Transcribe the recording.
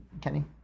Kenny